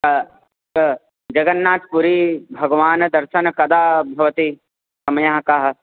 अ अ जगन्नाथपुरी भगवतः दर्शनं कदा भवति समयः काः